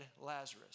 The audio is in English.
Lazarus